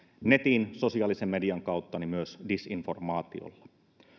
netin sosiaalisen median kautta myös disinformaatiolla